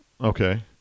Okay